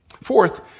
Fourth